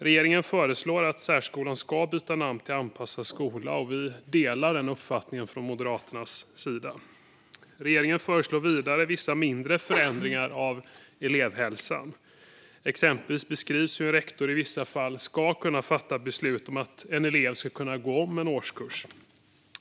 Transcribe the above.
Regeringen föreslår att särskolan ska byta namn till anpassad skola, och vi delar denna uppfattning från Moderaternas sida. Regeringen föreslår vidare vissa mindre förändringar av elevhälsan. Exempelvis beskrivs hur rektor i vissa fall ska kunna fatta beslut om att en elev ska kunna gå om en årskurs.